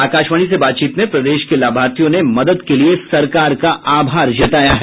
आकाशवाणी से बातचीत में प्रदेश के लाभार्थियों ने मदद के लिए सरकार का आभार जताया है